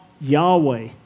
Yahweh